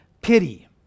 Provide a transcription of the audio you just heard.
pity